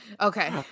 okay